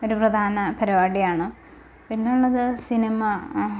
ഒരു പ്രധാന പരിപാടിയാണ് പിന്നെ ഉള്ളത് സിനിമ